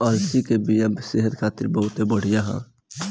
अलसी के बिया सेहत खातिर बहुते बढ़िया ह